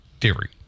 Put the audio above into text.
theory